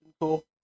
cool